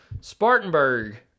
Spartanburg